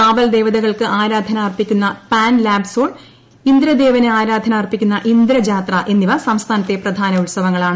കാവൽ ദേവതകൾക്ക് ആരാധന അർപ്പിക്കുന്ന പാൻ ലാബ്സോൾ ഇന്ദ്രദേവന് ആരാധന അർപ്പിക്കുന്ന ഇന്ദ്രജാത്രി എന്നിവ സംസ്ഥാനത്തെ പ്രധാന ഉത്സവങ്ങളാണ്